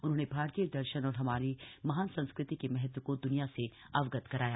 उन्होंने भारतीय दर्शन और हमारी महान संस्कृति के महत्व को दुनिया से अवगत कराया